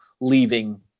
leaving